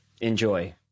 Enjoy